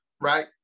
right